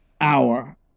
hour